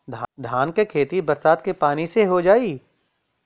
धान के खेती बरसात के पानी से हो जाई?